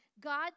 God